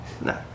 No